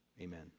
Amen